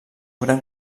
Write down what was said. gran